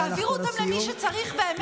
תעבירו אותם למי שצריך אותם באמת.